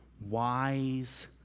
wise